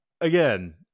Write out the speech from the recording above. again